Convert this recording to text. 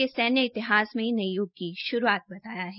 के सैन्य इतिहास में नये युग की शुरूआत बताया है